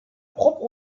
propre